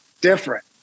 different